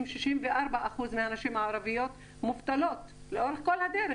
64% מהנשים הערביות מובטלות לאורך כל הדרך,